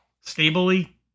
stably